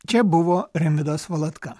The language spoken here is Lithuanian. čia buvo rimvydas valatka